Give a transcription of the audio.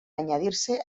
añadirse